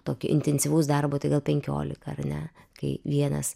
tokio intensyvaus darbo tai gal penkiolika ar ne kai vienas